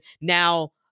now